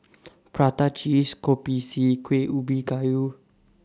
Prata Cheeses Kopi C Kueh Ubi Kayu